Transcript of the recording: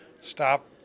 stop